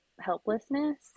helplessness